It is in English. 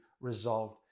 resolved